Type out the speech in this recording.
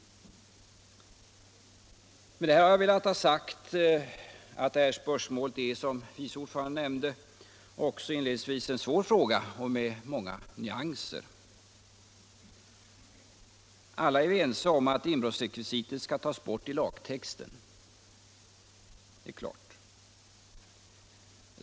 Med det här har jag velat säga att spörsmålet, såsom också vice ordföranden nämnde inledningsvis, är en svår fråga med många nyanser. Alla är ense om att inbrottsrekvisitet skall tas bort i lagtexten.